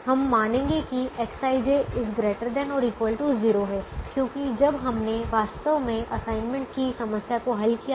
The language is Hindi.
हम मानेंगे कि Xij ≥ 0 है क्योंकि जब हमने वास्तव में असाइनमेंट की समस्या को हल किया था